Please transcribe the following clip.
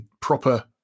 proper